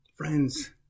Friends